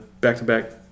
back-to-back